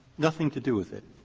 nothing to do with it.